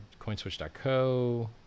coinswitch.co